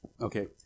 okay